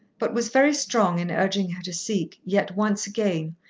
but was very strong in urging her to seek, yet once again,